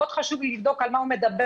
מאוד חשוב לי לבדוק על מה הוא מדבר